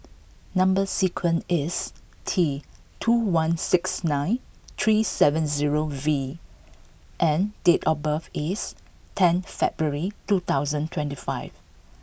number sequence is T two one six nine three seven zero V and date of birth is ten February two thousand and twenty five